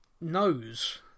knows